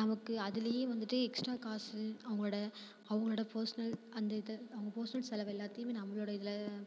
நமக்கு அதுலேயே வந்துட்டு எக்ஸ்ட்ரா காசு அவங்களோட அவங்களோட பர்ஸ்னல் அந்த இது அவங்க பர்ஸ்னல் செலவு எல்லாத்தியுமே நம்மளோட இதில்